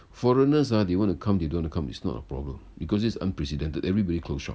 foreigners ah they want to come they don't want to come is not a problem because this unprecedented everybody close shop